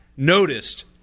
noticed